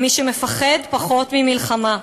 "מי שמפחד פחות ממלחמה.